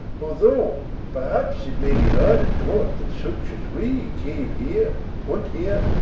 although perhaps it may be heard at court that such as we cave here, hunt here,